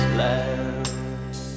land